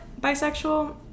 bisexual